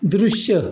दृश्य